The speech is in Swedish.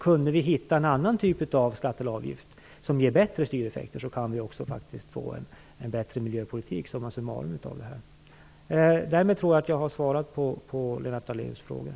Kunde vi således hitta en annan typ av skatt eller avgift som ger bättre styreffekter, skulle vi kunna få en bättre miljöpolitik. Det är summa summarum här. Därmed tror jag att jag har svarat på Lennart Daléus frågor.